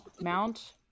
Mount